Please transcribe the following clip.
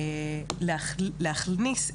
להכניס,